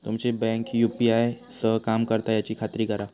तुमची bank UPI सह काम करता याची खात्री करा